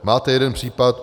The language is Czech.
Máte jeden případ.